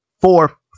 four